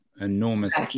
enormous